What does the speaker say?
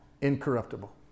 incorruptible